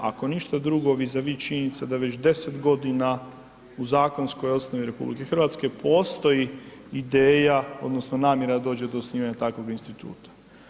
Ako ništa drugo, vi za vi činjenica da već 10 godina u zakonskoj osnovi RH postoji ideja, odnosno namjera da dođe do osnivanja takvog instituta.